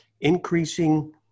increasing